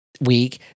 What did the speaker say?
week